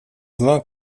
зла